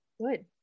Good